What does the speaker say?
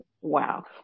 Wow